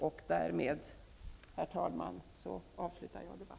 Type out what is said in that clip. Med detta är debatten slut för min del.